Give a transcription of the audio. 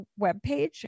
webpage